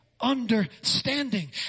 understanding